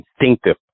instinctive